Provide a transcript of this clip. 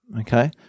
Okay